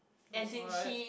oh what